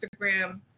Instagram